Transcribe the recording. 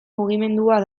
mugimendua